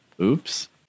oops